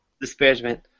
disparagement